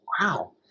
Wow